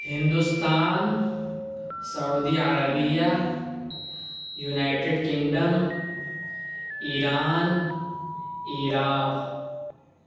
Hindustan Saudi Arabia United Kingdom Iran Iraq